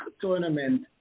tournament